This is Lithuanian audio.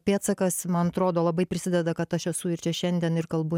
pėdsakas man atrodo labai prisideda kad aš esu ir čia šiandien ir kalbu